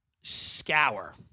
scour